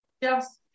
Yes